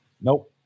Nope